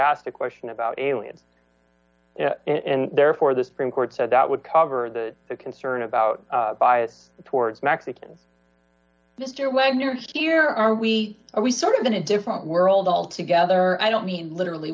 asked a question about aliens and therefore the supreme court said that would cover the concern about bias towards mexican ginger wagner here are we are we sort of in a different world altogether i don't mean literally